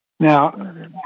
Now